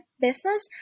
business